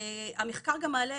המחקר גם מעלה,